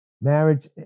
Marriage